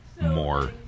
more